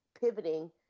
pivoting